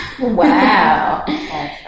Wow